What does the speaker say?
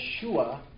Yeshua